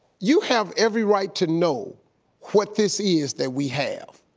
you have every right to know what this is that we have.